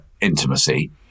intimacy